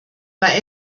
bei